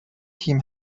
تیم